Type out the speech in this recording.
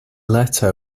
letter